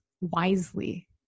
wisely